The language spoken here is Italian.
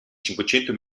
cinquecento